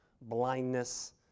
blindness